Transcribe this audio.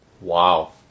Wow